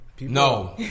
No